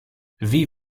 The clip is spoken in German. wie